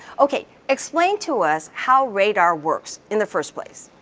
okay, explain to us how radar works, in the first place.